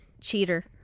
cheater